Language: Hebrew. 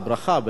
לברכה.